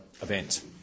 event